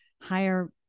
higher